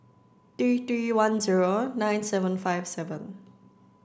three three one zero nine seven five seven